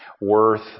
worth